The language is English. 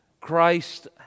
Christ